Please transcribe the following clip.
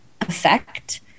effect